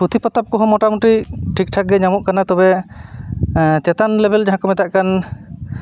ᱯᱩᱛᱷᱤ ᱯᱚᱛᱚᱵᱽᱠᱚ ᱦᱚᱸ ᱢᱚᱴᱟᱢᱩᱴᱤ ᱴᱷᱤᱠᱴᱷᱟᱠ ᱜᱮ ᱧᱟᱢᱚᱜ ᱠᱟᱱᱟ ᱛᱚᱵᱮ ᱪᱮᱛᱟᱱ ᱞᱮᱵᱮᱞ ᱡᱟᱦᱟᱸᱠᱚ ᱢᱮᱛᱟᱜ ᱠᱟᱱ